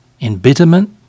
embitterment